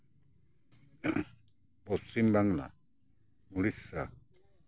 Paschim Bangla Odisha